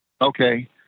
Okay